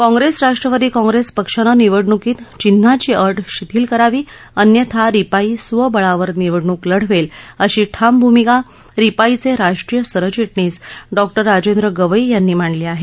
काँप्रेस राष्ट्रवादी काँप्रेस पक्षानं निवडणुकीत चिन्हाची अट शिथील करावी अन्यथा रिपाई स्वबळावर निवडणूक लढवेल अशी ठाम भूमिका रिपाईचे राष्ट्रीय सरचिटणीस डॉक्टर राजेंद्र गवई यांनी मांडली आहे